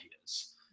ideas